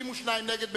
62 נגד,